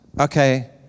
okay